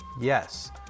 yes